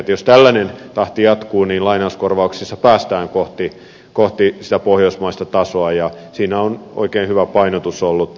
jos tällainen tahti jatkuu niin lainauskorvauksissa päästään kohti sitä pohjoismaista tasoa ja siinä on oikein hyvä painotus ollut